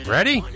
Ready